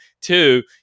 two